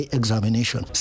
examination